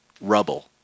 rubble